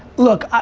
look,